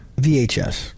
VHS